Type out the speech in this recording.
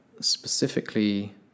specifically